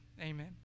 Amen